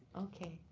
okay.